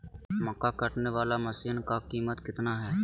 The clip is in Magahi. मक्का कटने बाला मसीन का कीमत कितना है?